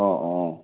অঁ অঁ